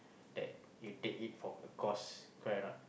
that you take it for a cost correct or not